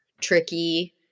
Tricky